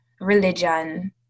religion